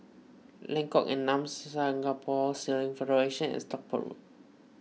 Lengkok Enam Singapore Sailing Federation and Stockport Road